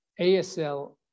ASL